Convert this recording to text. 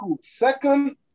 Second